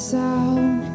sound